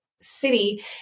city